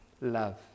love